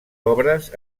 obres